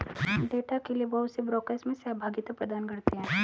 data के लिये बहुत से ब्रोकर इसमें सहभागिता प्रदान करते हैं